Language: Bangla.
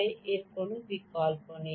সুতরাং কোন বিকল্প নেই